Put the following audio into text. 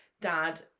dad